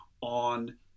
on